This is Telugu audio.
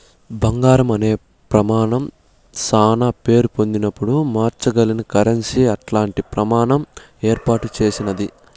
బంగారం అనే ప్రమానం శానా పేరు పొందినపుడు మార్సగలిగిన కరెన్సీ అట్టాంటి ప్రమాణం ఏర్పాటు చేసినాది